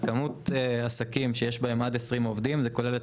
כמות העסקים שיש בהם עד כ-20 עובדים כוללת